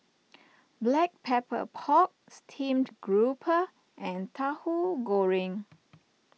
Black Pepper Pork Steamed Grouper and Tahu Goreng